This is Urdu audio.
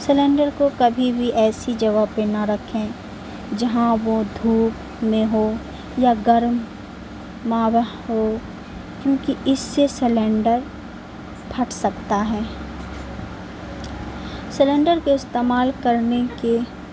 سلینڈر کو کبھی بھی ایسی جگہ پہ نہ رکھیں جہاں وہ دھوپ میں ہو یا گرم ہو کیونکہ اس سے سلینڈر پھٹ سکتا ہے سلینڈر کے استعمال کرنے کی